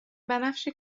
بنفش